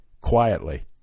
quietly